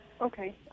Okay